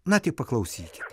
na tik paklausykit